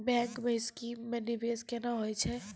Bank के scheme मे निवेश केना होय छै?